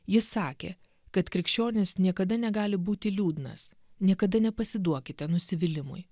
jis sakė kad krikščionis niekada negali būti liūdnas niekada nepasiduokite nusivylimui